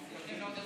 מאוד.